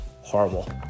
horrible